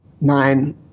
nine